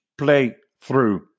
playthrough